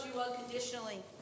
unconditionally